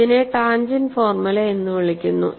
ഇതിനെ tangent formula എന്ന് വിളിക്കുന്നു